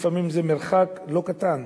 ולפעמים זה מרחק לא קטן,